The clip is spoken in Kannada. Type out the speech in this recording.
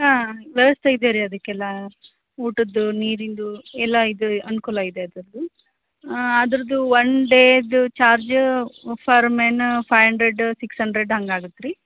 ಹಾಂ ವ್ಯವಸ್ಥೆ ಇದೆ ರೀ ಅದಕ್ಕೆಲ್ಲ ಊಟದ್ದು ನೀರಿಂದು ಎಲ್ಲ ಇದೆ ಅನುಕೂಲ ಇದೆ ಅದರದ್ದು ಅದರದ್ದು ಒನ್ ಡೇದು charge per men five hundred six hundred ಹಂಗಾಗತ್ತೆ ರೀ